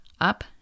up